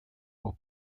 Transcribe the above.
pour